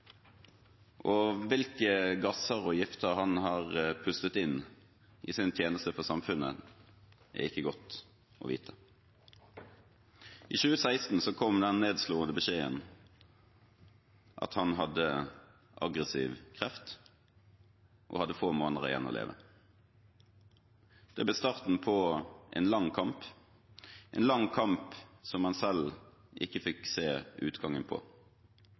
Hvilke gasser og gifter han hadde pustet inn i sin tjeneste for samfunnet, er ikke godt å vite. I 2016 kom den nedslående beskjeden om at han hadde aggressiv kreft og hadde få måneder igjen å leve. Det ble starten på en lang kamp, en lang kamp som han selv ikke fikk sett utgangen på.